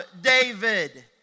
David